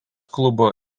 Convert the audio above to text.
klubo